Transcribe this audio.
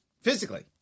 physically